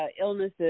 illnesses